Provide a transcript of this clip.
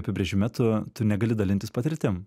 apibrėžime tu tu negali dalintis patirtim